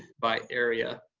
by area.